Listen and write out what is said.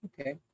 Okay